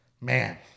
man